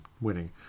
winning